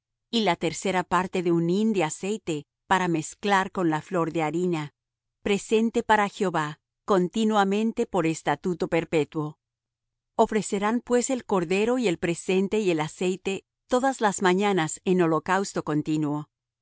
y la tercera parte de un hin de aceite para mezclar con la flor de harina presente para jehová continuamente por estatuto perpetuo ofrecerán pues el cordero y el presente y el aceite todas las mañanas en holocausto continuo así